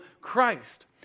christ